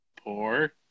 Poor